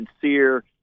sincere